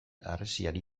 harresiari